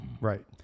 Right